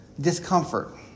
discomfort